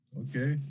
okay